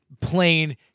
plain